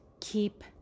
keep